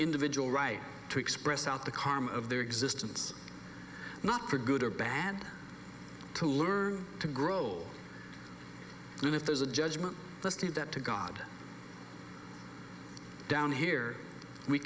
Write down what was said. individual right to express out the karma of their existence not for good or bad to learn to grow old and if there's a judgement let's keep that to god down here we